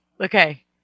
Okay